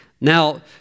Now